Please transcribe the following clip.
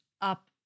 up